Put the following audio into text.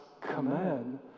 command